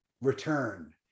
Return